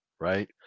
right